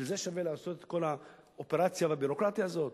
בשביל זה שווה לעשות את כל האופרציה והביורוקרטיה הזאת?